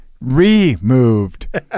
removed